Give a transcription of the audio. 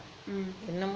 mm